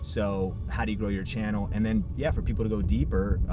so how do you grow your channel. and then, yeah, for people to go deeper,